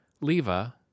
Leva